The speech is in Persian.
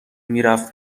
میرفت